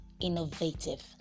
innovative